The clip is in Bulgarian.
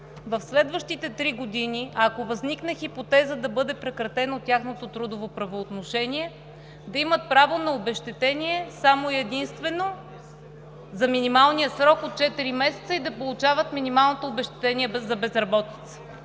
в следващите три години, ако възникне хипотеза да бъде прекратено тяхното трудово правоотношение, да имат право на обезщетение само и единствено за минималния срок от четири месеца и да получават минималното обезщетение за безработица.